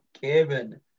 Kevin